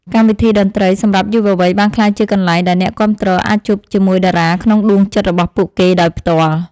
កម្មវិធីតន្ត្រីសម្រាប់យុវវ័យបានក្លាយជាកន្លែងដែលអ្នកគាំទ្រអាចជួបជាមួយតារាក្នុងដួងចិត្តរបស់ពួកគេដោយផ្ទាល់។